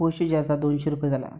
पयशे जे आसात दोनशीं रुपया जाल्या